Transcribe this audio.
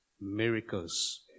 miracles